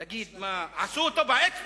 תגיד, מה, עשו אותו באצבע?